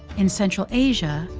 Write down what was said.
in central asia,